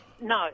No